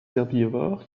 herbivores